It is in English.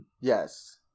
Yes